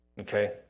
okay